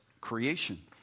creation